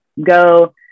go